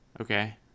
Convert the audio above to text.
Okay